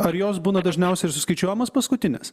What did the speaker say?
ar jos būna dažniausia ir suskaičiuojamos paskutinės